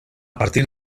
partir